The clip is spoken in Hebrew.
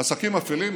עסקים אפלים,